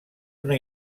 una